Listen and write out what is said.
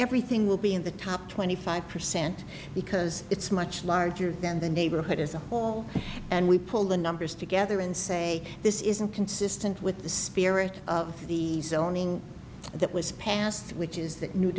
everything will be in the top twenty five percent because it's much larger than the neighborhood as a whole and we pull the numbers together and say this isn't consistent with the spirit of the zoning that was passed which is